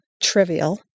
trivial